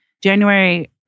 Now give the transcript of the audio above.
January